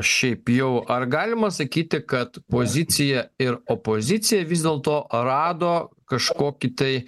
šiaip jau ar galima sakyti kad pozicija ir opozicija vis dėlto rado kažkokį tai